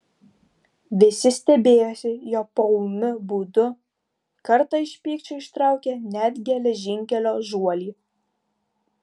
visi stebėjosi jo poūmiu būdu kartą iš pykčio ištraukė net geležinkelio žuolį